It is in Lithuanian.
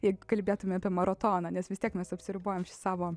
jeigu kalbėtumėm apie maratoną nes vis tiek mes apsiribojam šį savo